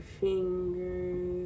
fingers